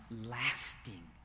lasting